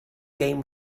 game